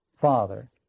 father